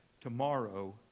tomorrow